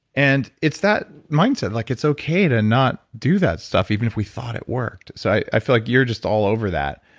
and it's that mindset like it's okay to not do that stuff even if we thought it worked. so i feel like you're just all over that.